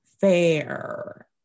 fair